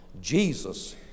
Jesus